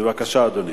בבקשה, אדוני.